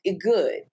good